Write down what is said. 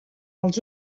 els